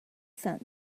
found